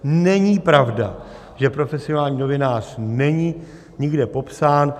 Není pravda, že profesionální novinář není nikde popsán.